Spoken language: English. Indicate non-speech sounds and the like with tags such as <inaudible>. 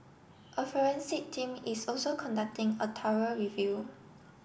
a forensic team is also conducting a <unintelligible> review